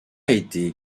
été